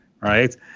right